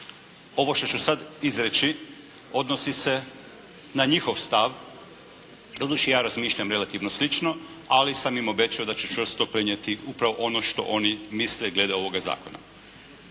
ovo što ću sada izreći odnosi se na njihov stav. Doduše, ja razmišljam relativno slično ali sam im obećao da ću čvrsto prenijeti upravo ono što oni misle glede ovoga zakona.